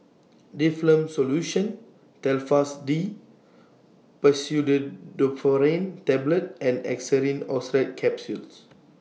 Difflam Solution Telfast D Pseudoephrine Tablets and Xenical Orlistat Capsules